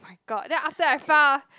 my god then after I found